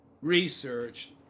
research